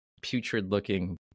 putrid-looking